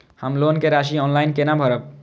हम लोन के राशि ऑनलाइन केना भरब?